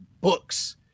books